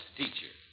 teacher